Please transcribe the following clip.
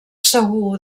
segur